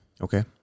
Okay